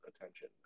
attention